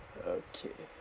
okay